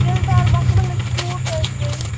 تِلہٕ دار مَخملٕکۍ سوٗٹ حظ بیٚیہِ